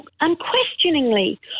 unquestioningly